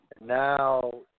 Now